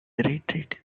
retreat